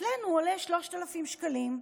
האישה: אצלנו עולה 3,000 שקלים.